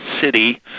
City